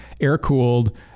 air-cooled